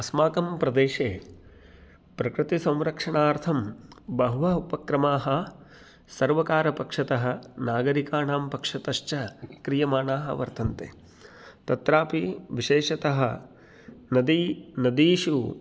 अस्माकं प्रदेशे प्रकृतिसंरक्षणार्थं बहवः उपक्रमाः सर्वकारपक्षतः नागरिकाणां पक्षतश्च क्रियमाणाः वर्तन्ते तत्रापि विशेषतः नदी नदीषु